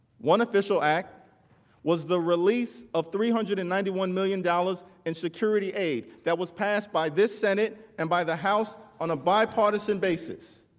one official act was the release of three hundred and ninety one million dollars in security aid that was passed by the senate and by the house on a bipartisan basis.